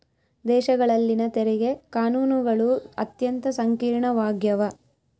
ದೇಶಗಳಲ್ಲಿನ ತೆರಿಗೆ ಕಾನೂನುಗಳು ಅತ್ಯಂತ ಸಂಕೀರ್ಣವಾಗ್ಯವ